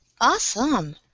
Awesome